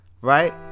right